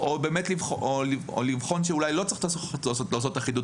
או לבחון שאולי לא צריך לעשות את החידוד